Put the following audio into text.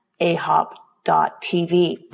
ahop.tv